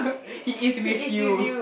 he is with you